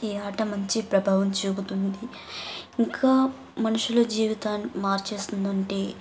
ఈ ఆట మంచి ప్రభావం చూపుతుంది ఇంకా మనుషుల జీవితాన్ని మార్చేస్తుందంటే